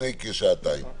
לפני כשעתיים.